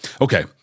Okay